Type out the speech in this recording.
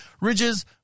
ridges